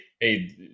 hey